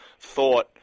thought